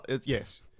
yes